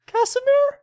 Casimir